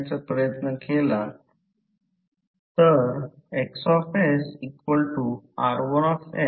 आता आणि एक गोष्ट आहे हे B r स्टॅच्यूरेटेड म्हणून वाचू नका प्रत्यक्षात ते नंतर दिसेल ते प्रत्यक्षात B रेसिडूअल आहे म्हणून त्याकडे येऊ